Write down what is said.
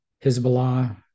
Hezbollah